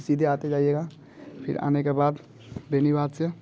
तो सीधे आते जाइएगा फिर आने के बाद बेनिवाद से